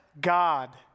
God